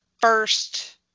first